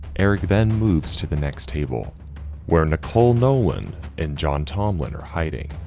eric then moves to the next table where nicole nolan and john tomlin are hiding.